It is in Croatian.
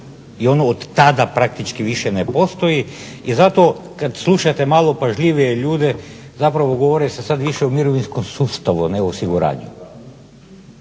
i ono od tada praktički više ne postoji i zato kad slušate malo pažljivije ljude zapravo govori se sad više o mirovinskom sustavu, a ne osiguranju